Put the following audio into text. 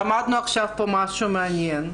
למדנו פה משהו מעניין.